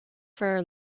for